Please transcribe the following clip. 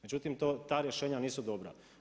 Međutim, ta rješenja nisu dobra.